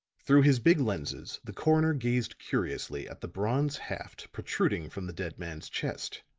through his big lenses the coroner gazed curiously at the bronze haft protruding from the dead man's chest.